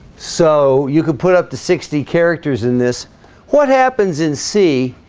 so you could put up the sixty characters in this what happens in c.